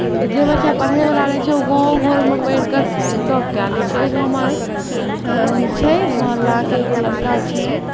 तऽ जे बच्चा पढ़यवला रहैत छै ओ गाँवो घरमे पढ़ि कऽ टॉप कए लैत छै एगो हमर छै मोहल्लाके एगो लड़का छै